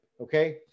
Okay